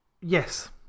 yes